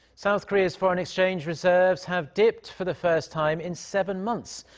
south korea's foreign exchange reserves have dipped for the first time in seven months.